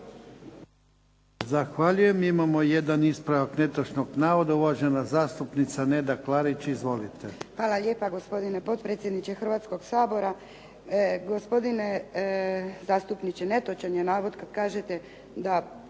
Zahvaljujem. Imamo jedan ispravak netočnog navoda. Uvažena zastupnica Neda Klarić. Izvolite. **Klarić, Nedjeljka (HDZ)** Hvala lijepa, gospodine potpredsjedniče Hrvatskog sabora. Gospodine zastupniče, netočan je navod kad kažete da